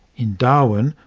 in darwin,